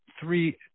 three